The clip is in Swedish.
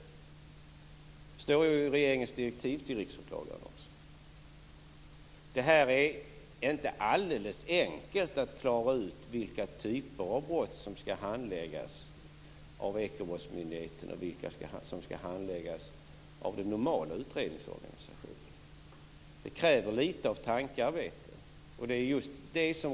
Det står i regeringens direktiv till Det är inte alldeles enkelt att klara ut vilka typer av brott som skall handläggas av Ekobrottsmyndigheten och vilka som skall handläggas av den normala utredningsorganisationen. Det kräver litet av tankearbete.